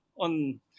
on